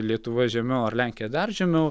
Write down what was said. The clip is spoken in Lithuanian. lietuva žemiau ar lenkija dar žemiau